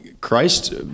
Christ